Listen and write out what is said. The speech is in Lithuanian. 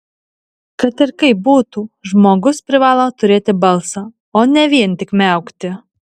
kad ir kaip būtų žmogus privalo turėti balsą o ne vien tik miaukti